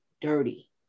dirty